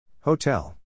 Hotel